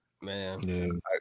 Man